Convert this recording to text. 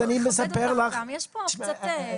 אז אני מספר לך -- לא צריך לזלזל גם.